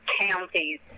counties